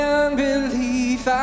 unbelief